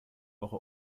woche